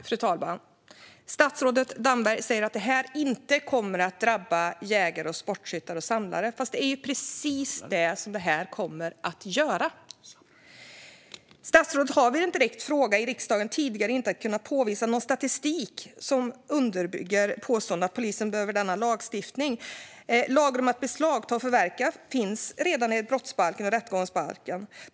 Fru talman! Statsrådet Damberg säger att detta inte kommer att drabba jägare, sportskyttar och samlare, fast det är precis det som det kommer att göra. Statsrådet har vid en direkt fråga i riksdagen tidigare inte kunnat påvisa någon statistik som underbygger påståendet att polisen behöver denna lagstiftning. Lagrum om att beslagta och förverka finns redan i brottsbalken och i rättegångsbalken.